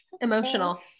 emotional